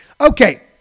Okay